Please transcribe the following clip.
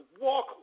walk